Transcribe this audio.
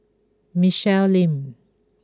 Michelle Lim